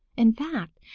in fact,